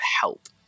help